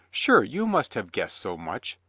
sure, you must have guessed so much.